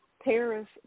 Paris